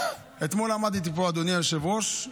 אתמול עמדתי פה, אדוני היושב-ראש,